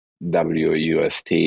wust